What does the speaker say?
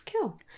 Cool